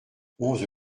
onze